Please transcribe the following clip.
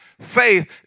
faith